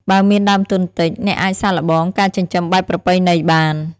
បើមានដើមទុនតិច អ្នកអាចសាកល្បងការចិញ្ចឹមបែបប្រពៃណីបាន។